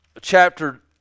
chapter